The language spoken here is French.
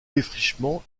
défrichement